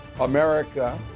America